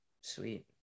Sweet